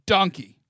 Donkey